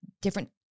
different